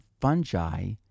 fungi